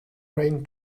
rain